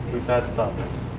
we've had stalkers.